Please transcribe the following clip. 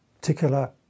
particular